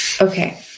Okay